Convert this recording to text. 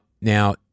Now